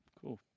Cool